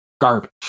Garbage